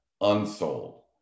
unsold